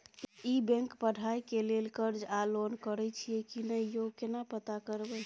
ई bank पढ़ाई के लेल कर्ज आ लोन करैछई की नय, यो केना पता करबै?